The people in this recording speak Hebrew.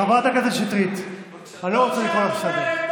חברת הכנסת שטרית, אני לא רוצה לקרוא אותך לסדר.